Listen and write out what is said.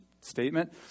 statement